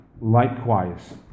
likewise